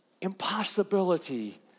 impossibility